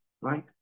right